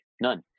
None